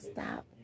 stop